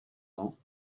ans